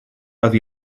oedd